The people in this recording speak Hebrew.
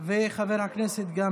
חברי כנסת מתנגדים.